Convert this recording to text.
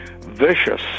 vicious